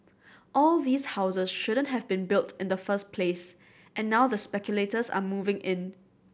all these houses shouldn't have been built in the first place and now the speculators are moving in